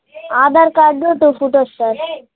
Aadhaar card to photos sir